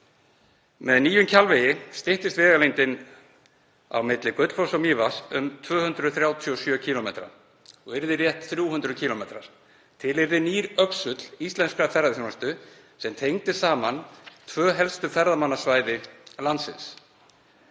Með nýjum Kjalvegi styttist vegalengdin á milli Gullfoss og Mývatns um 237 km og yrði rétt 300 km. Til yrði nýr öxull íslenskrar ferðaþjónustu sem tengdi saman tvö helstu ferðamannasvæði landsins.